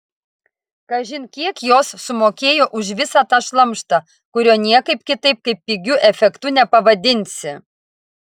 kažin kiek jos sumokėjo už visą tą šlamštą kurio niekaip kitaip kaip pigiu efektu nepavadinsi